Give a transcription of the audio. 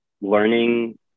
learning